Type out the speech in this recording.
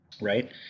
right